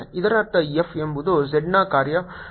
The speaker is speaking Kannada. ಇದರರ್ಥ F ಎಂಬುದು z ನ ಕಾರ್ಯ ಮಾತ್ರ